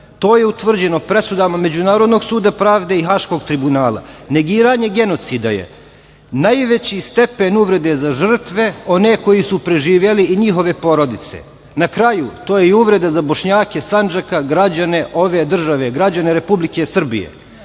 to je utvrđeno presudama Međunarodnog suda pravde i Haškog tribunala. Negiranje genocida je najveći stepen uvrede za žrtve, one koji su preživeli i njihove porodice. Na kraju, to je i uvreda za Bošnjake Sandžaka, građane ove države, građane Republike Srbije. Nije